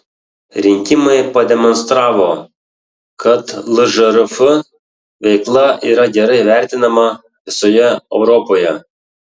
rinkimai pademonstravo kad lžrf veikla yra gerai vertinama visoje europoje